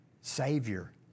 Savior